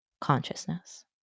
consciousness